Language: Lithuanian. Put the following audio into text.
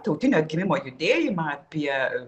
tautinio atgimimo judėjimą apie